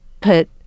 put